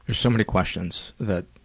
there are so many questions that